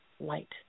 light